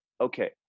okay